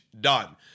Done